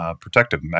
protective